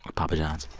ah papa john's,